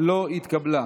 לא התקבלה.